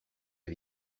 est